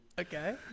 Okay